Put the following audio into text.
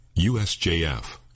USJF